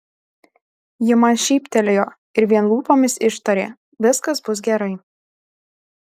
ji man šyptelėjo ir vien lūpomis ištarė viskas bus gerai